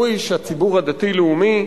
הוא איש הציבור הדתי-לאומי,